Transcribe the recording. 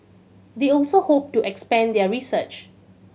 they also hope to expand their research